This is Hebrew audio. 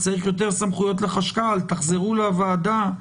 צריך יותר סמכויות לחשכ"ל תחזרו לוועדה,